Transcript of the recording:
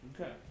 Okay